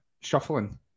shuffling